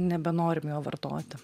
nebenorim jo vartoti